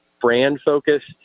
brand-focused